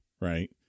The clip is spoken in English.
right